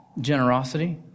generosity